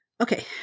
Okay